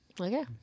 Okay